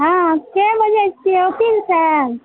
हॅं के बजै छियै ओकील साहेब